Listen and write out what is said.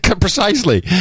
precisely